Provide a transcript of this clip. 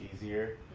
easier